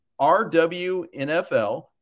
RWNFL